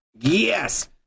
Yes